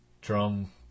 drum